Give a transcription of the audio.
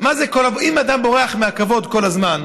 אם אדם בורח מהכבוד כל הזמן,